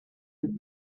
and